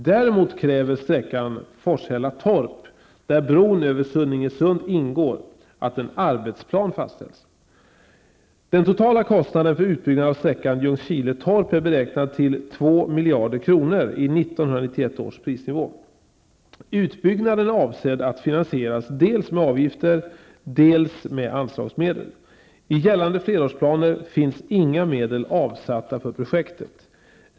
Däremot kräver sträckan Forshälla--Torp, där bron över Sunninge sund ingår att en arbetsplan fastställs. Ljungskile--Torp är beräknad till 2 miljarder kronor i 1991 års prisnivå. Utbyggnaden är avsedd att finansieras dels med avgifter, dels med anslagsmedel. I gällande flerårsplaner finns inga medel avsatta för projektet.